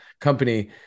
company